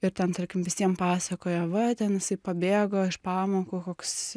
ir ten tarkim visiem pasakoja va ten jisai pabėgo iš pamokų koks